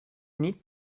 need